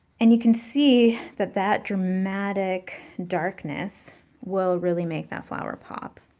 and you can see that that dramatic darkness will really make that flower pop.